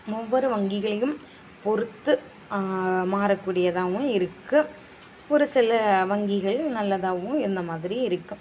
ஒவ்வொரு வங்கிகளிலும் பொறுத்து மாறக்கூடியதாகவும் இருக்குது ஒரு சில வங்கிகளில் நல்லதாகவும் இந்த மாதிரி இருக்குது